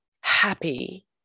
happy